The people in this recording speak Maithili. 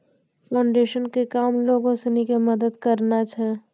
फोउंडेशन के काम लोगो सिनी के मदत करनाय छै